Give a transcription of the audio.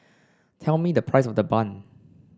tell me the price of the bun